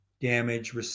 damage